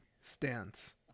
stance